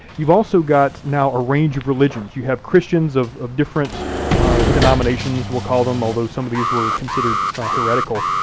you've also got now a range of religions. you have christians of of different denominations we'll call them, although some of these were considered heretical,